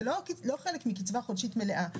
זה לא חלק מקצבה חודשית מלאה,